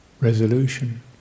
Resolution